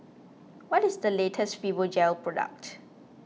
what is the latest Fibogel product